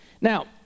Now